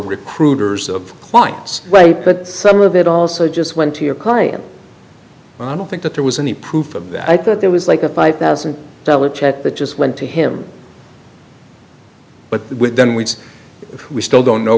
recruiters of clients but some of it also just went to your client but i don't think that there was any proof of that i thought there was like a five thousand dollars check that just went to him but within weeks we still don't know